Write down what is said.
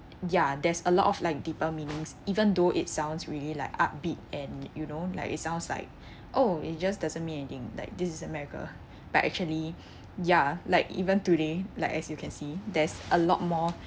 ya there's a lot of like deeper meanings even though it sounds really like upbeat and you know like it sounds like oh it just doesn't mean anything like this is america but actually ya like even today like as you can see there's a lot more